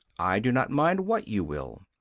i do not mind what you will,